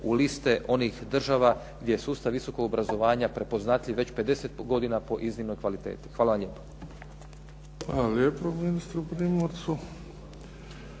u liste onih država gdje je sustav visokog obrazovanja prepoznatljiv već 50 godina po iznimnoj kvaliteti. Hvala vam lijepo. **Bebić,